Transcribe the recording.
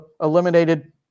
eliminated